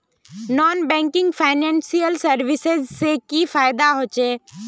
Non banking financial services से की फायदा होचे?